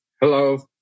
Hello